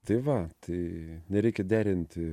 tai va tai nereikia derinti